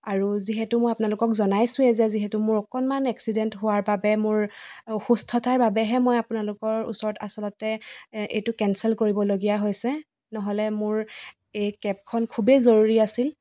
আৰু যিহেতু মই আপোনালোকক জনাইছোৱে যে যিহেতু মোৰ অকণমান এক্সিডেণ্ট হোৱাৰ বাবে মোৰ অসুস্থতাৰ বাবেহে মই আপোনালোকৰ ওচৰত আচলতে এইটো কেনচেল কৰিব লগীয়া হৈছে নহ'লে মোৰ এই কেবখন খুবেই জৰুৰী আছিল